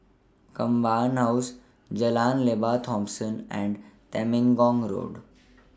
Command House Jalan Lembah Thomson and Temenggong Road